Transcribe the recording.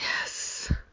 Yes